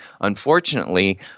Unfortunately